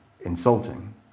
insulting